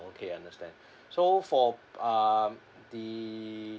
okay understand so for uh the